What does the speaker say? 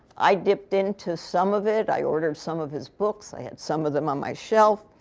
i dipped into some of it. i ordered some of his books. i had some of them on my shelf.